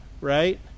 right